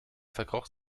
verkroch